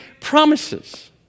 promises